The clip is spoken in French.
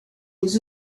aux